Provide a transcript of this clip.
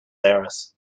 aires